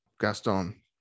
Gaston